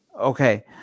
Okay